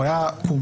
הוא היה פומבי,